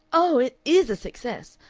oh! it is a success.